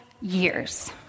years